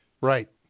right